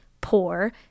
poor